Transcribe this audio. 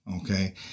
okay